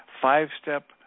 five-step